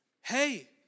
Hey